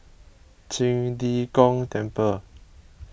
Qing De Gong Temple